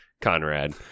Conrad